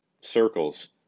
circles